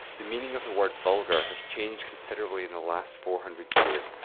the meaning of the word vulgar has changed considerably in the last four hundred years.